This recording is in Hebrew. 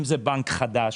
אם זה בנק חדש,